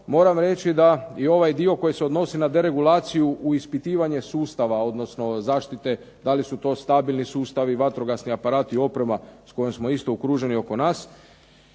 moram reći da i ovaj dio koji se odnosi na deregulaciju u ispitivanje sustava, odnosno zaštite da li su to stabilni sustavi, vatrogasni aparati, oprema s kojom smo isto okruženi oko nas.